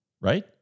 Right